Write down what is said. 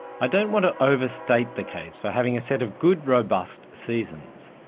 i don't want to overstate the case for having a set of good, robust seasons.